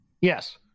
Yes